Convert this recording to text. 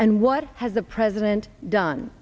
and what has the president done